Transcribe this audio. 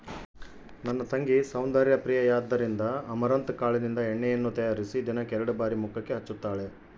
ನನ್ನ ತಂಗಿ ಸೌಂದರ್ಯ ಪ್ರಿಯೆಯಾದ್ದರಿಂದ ಅಮರಂತ್ ಕಾಳಿನಿಂದ ಎಣ್ಣೆಯನ್ನು ತಯಾರಿಸಿ ದಿನಕ್ಕೆ ಎರಡು ಬಾರಿ ಮುಖಕ್ಕೆ ಹಚ್ಚುತ್ತಾಳೆ